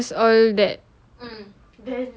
just all that